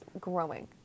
growing